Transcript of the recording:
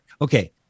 Okay